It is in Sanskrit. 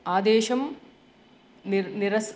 आदेशं निर् निरस्